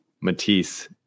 Matisse